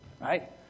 right